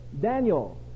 Daniel